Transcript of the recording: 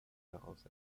daraus